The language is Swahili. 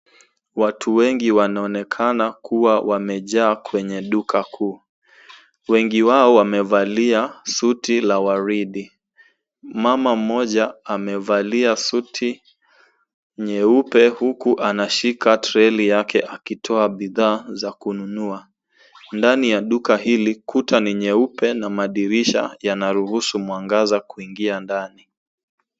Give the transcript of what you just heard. Watu wengi wanaonekana kuwa wamejaa kwenye duka kuu. Wengi wao wamevalia suti la waridi. Mama mmoja amevalia suti nyeupe huku anashika treli yake akitoa bidhaa za kununua. Ndani ya duka hili kuta ni nyeupe na madirisha yanaruhusu mwangaza kuingia ndani.